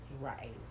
Right